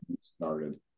started